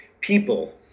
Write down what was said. people